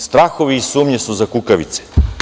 Strahovi i sumnje su za kukavice.